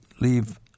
leave